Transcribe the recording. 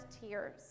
tears